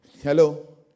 Hello